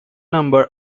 number